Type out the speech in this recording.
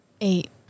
Eight